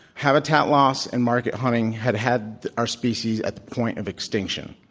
habitat loss and market hunting had had our species at the point of extinction.